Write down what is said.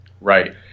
Right